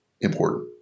important